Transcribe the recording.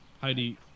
Heidi